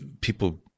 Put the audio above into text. people